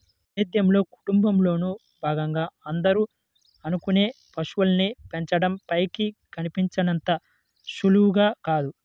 సేద్యంలో, కుటుంబంలోను భాగంగా అందరూ అనుకునే పశువుల్ని పెంచడం పైకి కనిపించినంత సులువు కాదు